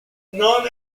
non